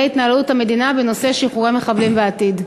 התנהלות המדינה בנושא שחרור מחבלים בעתיד?